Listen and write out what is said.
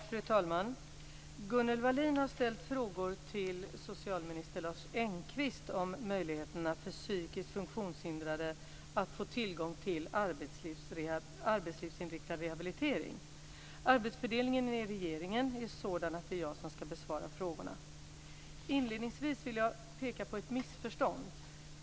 Fru talman! Gunnel Wallin har ställt frågor till socialminister Lars Engqvist om möjligheterna för psykiskt funktionshindrade att få tillgång till arbetslivsinriktad rehabilitering. Arbetsfördelningen inom regeringen är sådan att det är jag som ska besvara frågorna. Inledningsvis vill jag påpeka ett missförstånd.